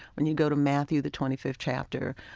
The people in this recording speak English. when you go to matthew, the twenty fifth chapter,